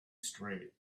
straight